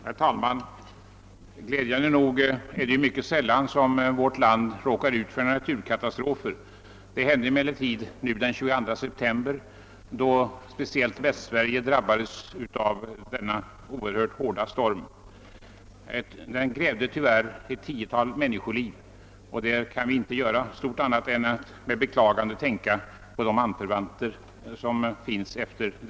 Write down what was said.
Herr talman! Glädjande nog är det mycket sällan som vi här i landet drabbas av naturkatastrofer, men det hände den 22 september, då speciellt Västsverige drabbades svårt av den oerhört svåra storm, som tyvärr också krävde ett tiotal människoliv. Beträffande det sistnämnda kan vi inte göra stort annat än med beklagande tänka på de omkomnas anförvanter.